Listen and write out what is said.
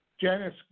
Janice